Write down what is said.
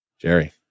jerry